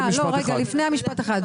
שנייה, לא, לפני המשפט האחד.